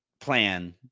plan